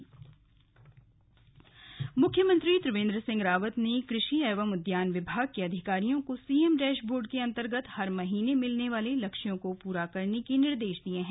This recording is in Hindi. स्लग समीक्षा बैठक मुख्यमंत्री त्रिवेंद्र सिंह रावत ने कृषि एवं उद्यान विभाग के अधिकारियों को सीएम डैशबोर्ड के अन्तर्गत हर महीने मिलने वाले लक्ष्यों को पूरा करने के निर्देश दिये हैं